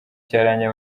cyarangiye